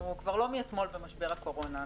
לא מאתמול אנחנו במשבר הקורונה.